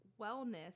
wellness